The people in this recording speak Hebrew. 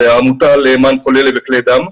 עמותה למען חולי לב וכלי דם.